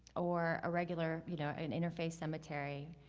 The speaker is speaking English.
or a regular you know and interfaith cemetery,